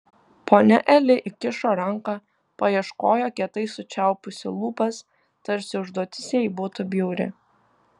ponia eli įkišo ranką paieškojo kietai sučiaupusi lūpas tarsi užduotis jai būtų bjauri